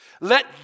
Let